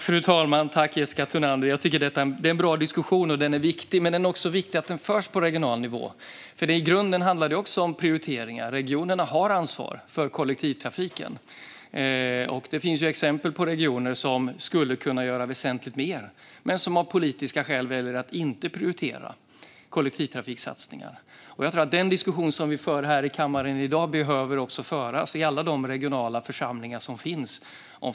Fru talman! Jag tycker att detta är en bra och viktig diskussion. Men det är också viktigt att den förs på regional nivå, för i grunden handlar det om prioriteringar. Regionerna har ansvar för kollektivtrafiken, och det finns exempel på regioner som skulle kunna göra väsentligt mer men som av politiska skäl väljer att inte prioritera kollektivtrafiksatsningar. Jag tror att den diskussion som vi för i kammaren i dag också behöver föras i alla de regionala församlingarna.